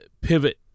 pivot